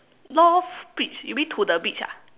north beach you mean to the beach ah